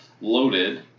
loaded